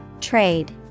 Trade